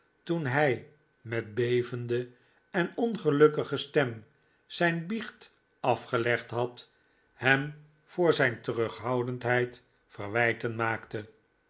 toen hij met bevende en ongelukkige stem zijn biecht afgelegd had hem voor zijn terughoudendheid verwijten maakten